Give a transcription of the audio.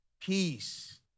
peace